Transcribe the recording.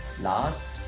last